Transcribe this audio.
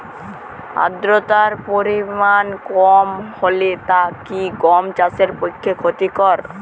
আর্দতার পরিমাণ কম হলে তা কি গম চাষের পক্ষে ক্ষতিকর?